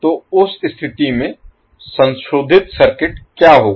तो उस स्थिति में संशोधित सर्किट क्या होगा